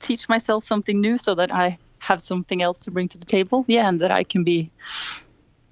teach myself something new so that i have something else to bring to the table. yeah. and that i can be